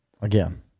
again